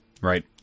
right